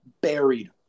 buried